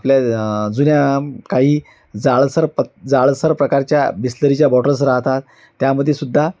आपल्या जुन्या काही जाडसर प जाडसर प्रकारच्या बिसलेरीच्या बॉटल्स राहतात त्यामध्ये सुुद्धा